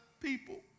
people